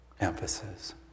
emphasis